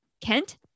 kent